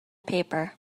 paper